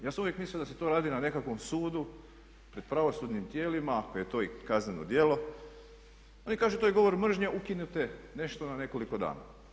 Ja sam uvijek mislio da se to radi na nekakvom sudu, pred pravosudnim tijelima iako je to kazneno djelo, oni kažu to je govor mržnje, ukinite nešto na nekoliko dana.